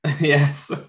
yes